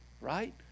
right